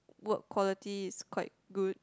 work quality is quite good